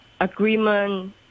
agreement